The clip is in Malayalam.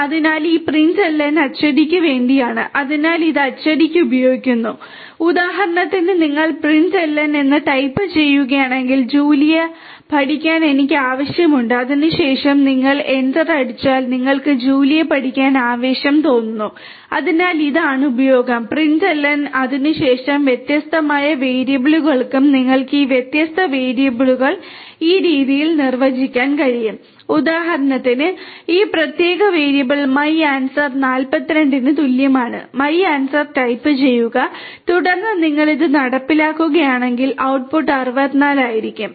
അതിനാൽ ഈ println അച്ചടിക്ക് വേണ്ടിയാണ് അതിനാൽ ഇത് അച്ചടിക്ക് ഉപയോഗിക്കുന്നു ഉദാഹരണത്തിന് നിങ്ങൾ println എന്ന് ടൈപ്പുചെയ്യുകയാണെങ്കിൽ ജൂലിയ പഠിക്കാൻ എനിക്ക് ആവേശമുണ്ട് അതിനുശേഷം നിങ്ങൾ എന്റർ അടിച്ചാൽ നിങ്ങൾക്ക് ജൂലിയ പഠിക്കാൻ ആവേശം തോന്നുന്നു അതിനാൽ ഇതാണ് ഉപയോഗം println നും അതിനു ശേഷം വ്യത്യസ്തമായ വേരിയബിളുകൾക്കും നിങ്ങൾക്ക് ഈ വ്യത്യസ്ത വേരിയബിളുകൾ ഈ രീതിയിൽ നിർവ്വചിക്കാൻ കഴിയും ഉദാഹരണത്തിന് ഈ പ്രത്യേക വേരിയബിൾ my answer 42 ന് തുല്യമാണ് my answer ടൈപ്പ് ചെയ്യുക തുടർന്ന് നിങ്ങൾ ഇത് നടപ്പിലാക്കുകയാണെങ്കിൽ ഔട്ട്ട്ട്പുട്ട് 64 ആയിരിക്കും